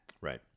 Right